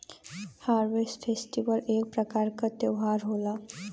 harvest festival एक प्रकार क त्यौहार होला